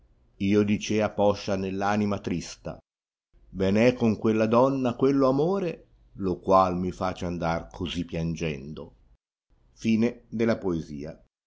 io dicea poscia nelp anima trista ben è con quella donna quelle amore lo qnal mi ifoce andar cosi piangendo